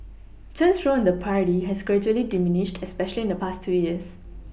Chen's role in the party has gradually diminished especially in the past two years